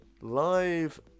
Live